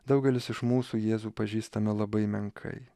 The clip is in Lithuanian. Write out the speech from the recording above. daugelis iš mūsų jėzų pažįstame labai menkai